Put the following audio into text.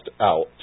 out